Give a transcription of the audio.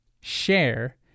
Share